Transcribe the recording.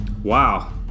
Wow